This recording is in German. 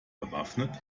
bewaffnet